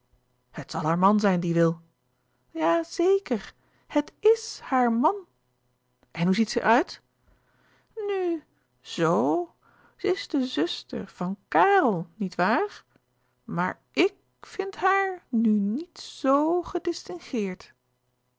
het zal haar man zijn die wil ja zeker het is haar màn en hoe ziet ze er uit nu z ze is de zùster van kàrel niet waar maar ik vind haar nu niet z